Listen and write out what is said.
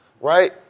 right